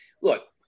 look